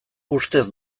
ustez